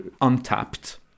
untapped